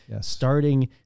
starting